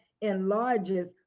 enlarges